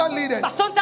leaders